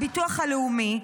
הביטוח הלאומי,